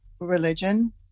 religion